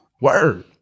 Word